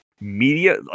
media